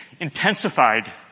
intensified